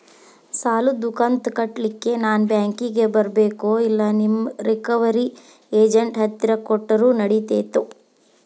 ಸಾಲದು ಕಂತ ಕಟ್ಟಲಿಕ್ಕೆ ನಾನ ಬ್ಯಾಂಕಿಗೆ ಬರಬೇಕೋ, ಇಲ್ಲ ನಿಮ್ಮ ರಿಕವರಿ ಏಜೆಂಟ್ ಹತ್ತಿರ ಕೊಟ್ಟರು ನಡಿತೆತೋ?